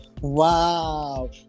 wow